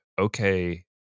okay